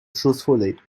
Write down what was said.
truthfully